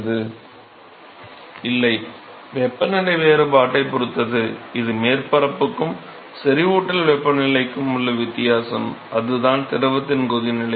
மாணவர் இல்லை வெப்பநிலை வேறுபாட்டைப் பொறுத்தது இது மேற்பரப்புக்கும் செறிவூட்டல் வெப்பநிலைக்கும் உள்ள வித்தியாசம் அதுதான் திரவத்தின் கொதிநிலை